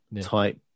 type